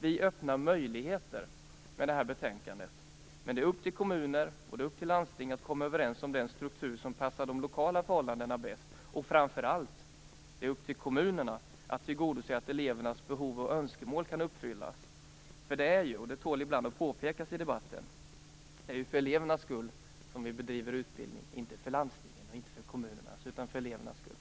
Vi öppnar möjligheter med det här betänkandet, men det är upp till kommuner och landsting att komma överens om den struktur som passar de lokala förhållandena bäst. Framför allt är det upp till kommunerna att tillgodose att elevernas behov och önskemål kan uppfyllas. Det är ju, det tål ibland att påpekas i debatten, för elevernas skull som vi bedriver utbildning, inte för landstingens och inte för kommunernas. Det är för elevernas skull.